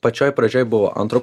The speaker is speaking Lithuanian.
pačioj pradžioj buvo antro